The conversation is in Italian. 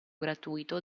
gratuito